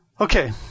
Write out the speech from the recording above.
Okay